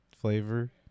flavor